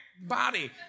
body